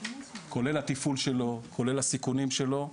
כולל התפעול שלו והסיכונים שלו.